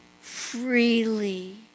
freely